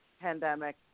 pandemic